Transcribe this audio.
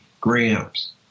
grams